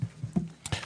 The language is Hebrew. העמותה.